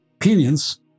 opinions